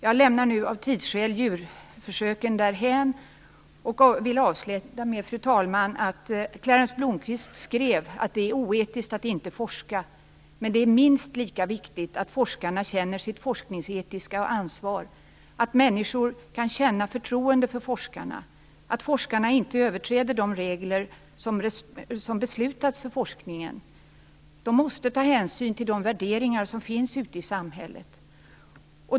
Jag lämnar nu av tidsskäl djurförsöken därhän. Fru talman! Clarence Blomqvist skrev att det är oetiskt att inte forska, men det är minst lika viktigt att forskarna känner sitt forskningsetiska ansvar, att människor kan känna förtroende för forskarna och att forskarna inte överträder de regler som har beslutats för forskningen. De måste ta hänsyn till de värderingar som finns ute i samhället.